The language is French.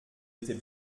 était